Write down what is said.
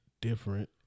different